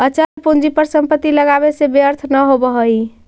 अचल पूंजी पर संपत्ति लगावे से व्यर्थ न होवऽ हई